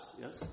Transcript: Yes